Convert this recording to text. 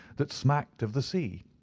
that smacked of the sea.